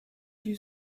you